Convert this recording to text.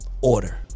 Order